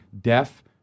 deaf